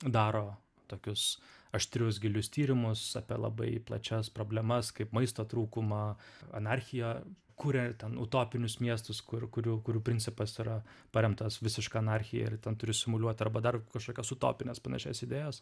daro tokius aštrius gilius tyrimus apie labai plačias problemas kaip maisto trūkumą anarchiją kuria ten utopinius miestus kur kurių kurių principas yra paremtas visiška anarchija ir ten turi simuliuot arba dar kažkokias utopines panašias idėjas